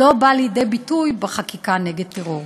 לא בא לידי ביטוי בחקיקה נגד טרור.